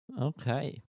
Okay